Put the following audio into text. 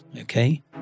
okay